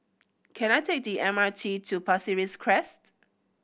can I take the M R T to Pasir Ris Crest